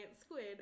squid